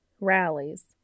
rallies